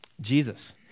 Jesus